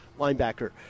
linebacker